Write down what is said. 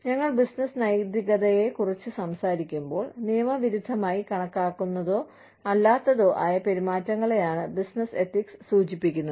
ഞങ്ങൾ ബിസിനസ്സ് നൈതികതയെക്കുറിച്ച് സംസാരിക്കുമ്പോൾ നിയമവിരുദ്ധമായി കണക്കാക്കുന്നതോ അല്ലാത്തതോ ആയ പെരുമാറ്റങ്ങളെയാണ് ബിസിനസ് എത്തിക്സ് സൂചിപ്പിക്കുന്നത്